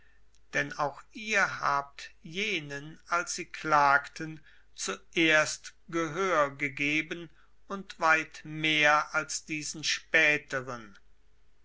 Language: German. denn auch ihr habt jenen als sie klagten zuerst gehör gegeben und weit mehr als diesen späteren